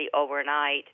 overnight